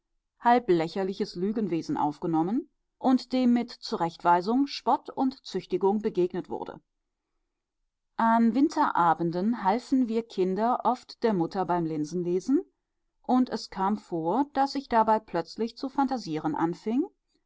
halb lächerliches lügenwesen aufgenommen und dem mit zurechtweisung spott und züchtigung begegnet wurde an winterabenden halfen wir kinder oft der mutter beim linsenlesen und es kam vor daß ich dabei plötzlich zu phantasieren anfing